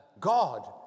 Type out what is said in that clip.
God